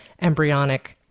embryonic